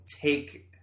take